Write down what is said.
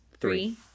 Three